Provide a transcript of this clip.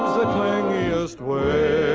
the clingiest, way